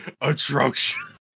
atrocious